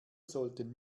sollten